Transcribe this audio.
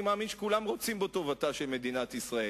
אני מאמין שכולם רוצים בטובתה של מדינת ישראל.